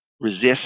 resist